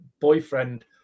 boyfriend